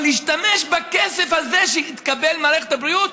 אבל להשתמש בכסף הזה שהתקבל ממערכת הבריאות,